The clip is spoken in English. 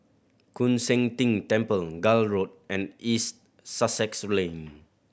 Koon Seng Ting Temple Gul Road and East Sussex Lane